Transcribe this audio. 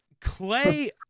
Clay